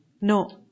No